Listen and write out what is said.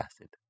acid